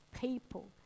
people